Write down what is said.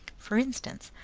for instance,